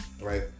Right